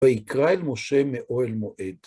ויקרא אל משה מאוהל מועד.